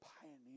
pioneer